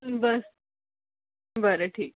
बस बरं ठीक